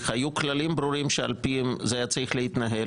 היו כללים ברורים שעל פיהם זה היה צריך להתנהל,